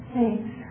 Thanks